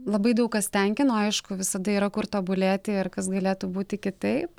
labai daug kas tenkino aišku visada yra kur tobulėti ir kas galėtų būti kitaip